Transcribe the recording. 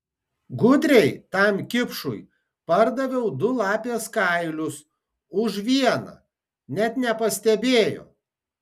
gudriai tam kipšui pardaviau du lapės kailius už vieną net nepastebėjo